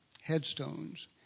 headstones